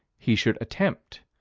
he should attempt.